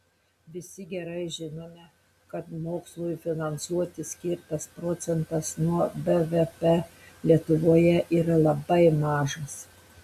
visi gerai žinome kad mokslui finansuoti skirtas procentas nuo bvp lietuvoje yra labai mažas